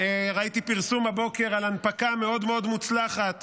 ראיתי פרסום הבוקר על הנפקה מאוד מוצלחת